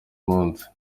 munsi